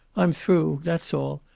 i'm through, that's all.